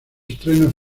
estreno